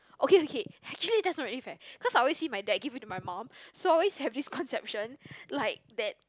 okay okay actually that's not really fair cause I always see my dad give in to my mum so I always have this conception like that